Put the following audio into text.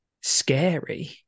scary